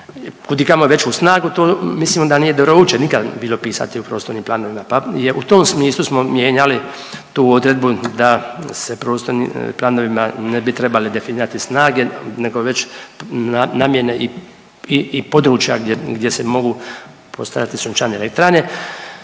kudikamo veću snagu, to mislim da nije…/Govornik se ne razumije/…nikad bilo pisati u prostornim planovima, pa u tom smislu smo mijenjali tu odredbu da se prostornim planovima ne bi trebali definirati snage nego već namjene i područja gdje, gdje se mogu postavljati sunčane elektrane.